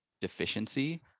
deficiency